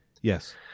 Yes